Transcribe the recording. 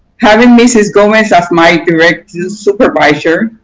having mrs. gomez as my direct supervisor,